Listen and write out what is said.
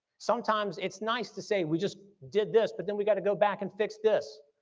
sometimes it's nice to say we just did this, but then we got to go back and fix this,